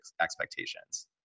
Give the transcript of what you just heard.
expectations